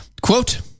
Quote